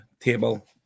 table